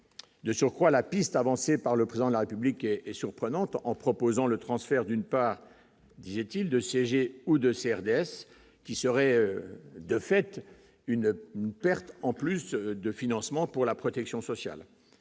de surcroît la piste avancée par le président de la République et surprenante en proposant le transfert d'une part, disait-il, de siéger ou de CRDS qui serait de fait une perte en plus de financement pour la protection sociale,